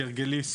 כהרגלי,